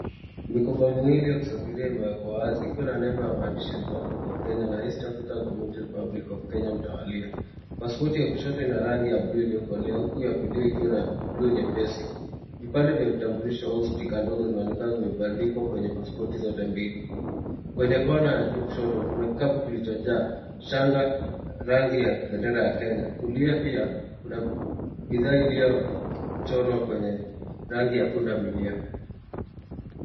Mikoba miwili ya kusafiria imewekwa wazi, ikiwa na nembo ya maandishi Republic of Kenya na East African Community Republic of Kenya mtawalia. Pasipoti ya kushoto ina rangi ya blue[/cs] iliyokolea, huku ya kulia ikiwa na blue nyepesi. Vipande vya vitambulisho au stika ndogo zinaonekana zimebandikwa kwenye pasipoti zote mbili. Kwenye kona ya juu kushoto, kuna kikapu kilichojaa shanga rangi ya bendera ya Kenya. Kulia pia kuna bidhaa iliyochorwa kwenye rangi ya punda milia.